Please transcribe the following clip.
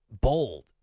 bold